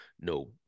no